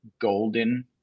golden